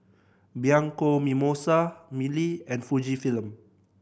Bianco Mimosa Mili and Fujifilm